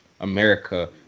America